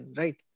right